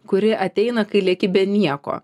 kuri ateina kai lieki be nieko